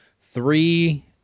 three